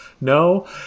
No